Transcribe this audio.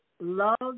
love